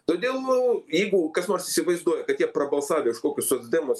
todėl jeigu kas nors įsivaizduoja kad jie prabalsavę už kokius socdemus